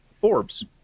Forbes